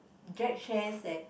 Jack shares that